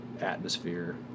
atmosphere